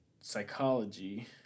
psychology